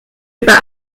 über